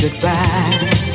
goodbye